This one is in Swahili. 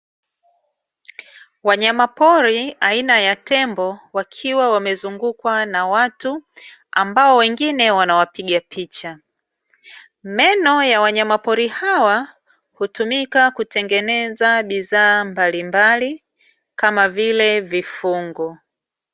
Wanyama pori aina ya tembo wakiwa wamezungukwa na watu, ambao wengine wanawapiga picha, meno ya wanyama pori hawa hutumika kutengeneza bidhaa mbalimbali kama vile vifungo.